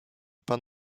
pan